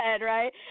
right